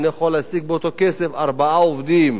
יכול להשיג באותו כסף ארבעה עובדים.